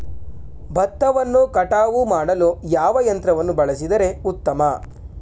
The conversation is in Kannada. ಭತ್ತವನ್ನು ಕಟಾವು ಮಾಡಲು ಯಾವ ಯಂತ್ರವನ್ನು ಬಳಸಿದರೆ ಉತ್ತಮ?